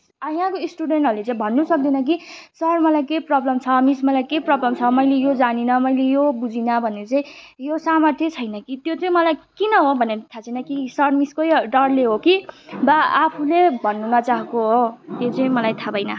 यहाँको स्टुडेन्टहरूले चाहिँ भन्नु सक्दैन कि सर मलाई के प्रोब्लम छ मिस मलाई के प्रोब्लम छ मैले यो जानिनँ मैले यो बुझिनँ भन्ने चाहिँ यो सामर्थ्यै छैन कि त्यो चैँ मलाई किन हो भने थाहा छैन कि सर मिसकै डरले हो कि बा आफूले भन्न नचाहेको हो त्यो चाहिँ मलाई थाहा भएन